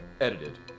edited